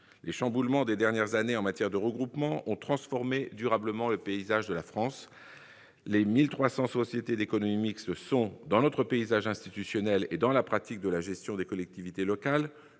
Les chamboulements des dernières années en matière de regroupements ont durablement transformé le paysage de la France. Les 1 300 sociétés d'économie mixte sont, dans notre paysage institutionnel et dans la pratique de la gestion des collectivités locales,